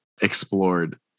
explored